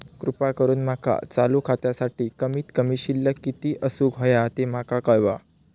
कृपा करून माका चालू खात्यासाठी कमित कमी शिल्लक किती असूक होया ते माका कळवा